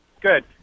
good